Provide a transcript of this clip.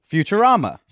Futurama